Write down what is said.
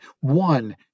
one